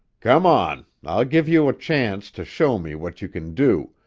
come on. i'll give you a chance to show me what you can do,